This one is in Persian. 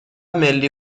ملی